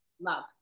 Love